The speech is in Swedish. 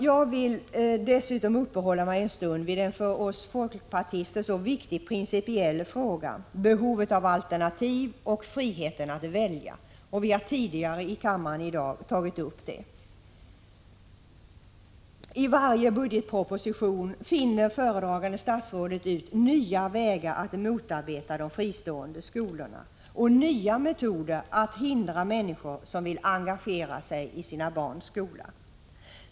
Jag vill dessutom uppehålla mig en stund vid en för oss folkpartister viktig principiell fråga — behovet av alternativ och friheten att välja. Vi har tidigare i dag berört den frågan. I varje budgetproposition finner föredragande statsrådet ut nya vägar att motarbeta de fristående skolorna och nya metoder att hindra människor som vill engagera sig i sina barns skola.